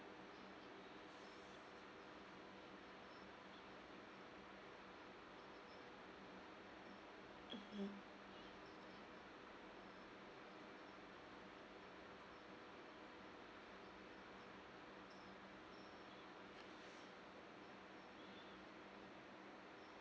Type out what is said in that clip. mmhmm